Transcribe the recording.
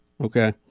okay